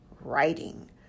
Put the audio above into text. writing